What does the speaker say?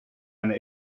eine